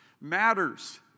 matters